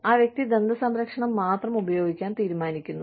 ആ വ്യക്തി ദന്ത സംരക്ഷണം മാത്രം ഉപയോഗിക്കാൻ തീരുമാനിക്കുന്നു